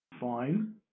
Fine